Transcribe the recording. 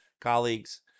colleagues